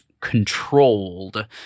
controlled